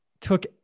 took